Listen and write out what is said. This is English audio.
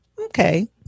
okay